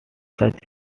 such